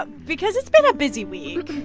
ah because it's been a busy week.